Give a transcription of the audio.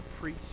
preach